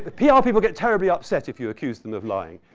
people people get terribly upset if you accuse them of lying.